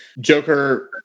Joker